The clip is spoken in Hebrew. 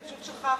פשוט שכחתי.